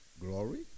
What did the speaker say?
Glory